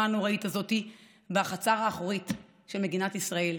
הנוראית הזאת בחצר האחורית של מדינת ישראל,